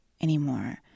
anymore